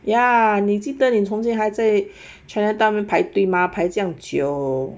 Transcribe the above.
ya 你记得你从前还在 chinatown 那边排队吗排这样久